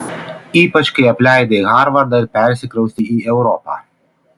ypač kai apleidai harvardą ir persikraustei į europą